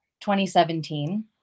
2017